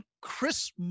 Chris